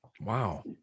Wow